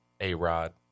A-Rod